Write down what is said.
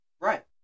Right